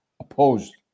opposed